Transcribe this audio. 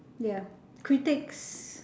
ya critics